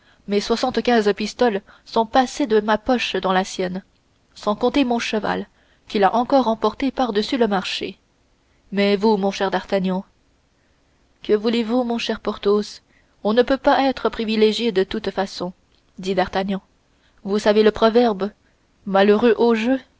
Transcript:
mes soixante-quinze pistoles sont passées de ma poche dans la sienne sans compter mon cheval qu'il a encore emporté par dessus le marché mais vous mon cher d'artagnan que voulez-vous mon cher porthos on ne peut pas être privilégié de toutes façons dit d'artagnan vous savez le proverbe malheureux au jeu